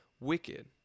wicked